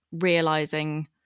realizing